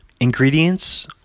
Ingredients